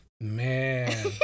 Man